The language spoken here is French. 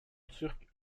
turque